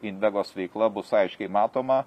invegos veikla bus aiškiai matoma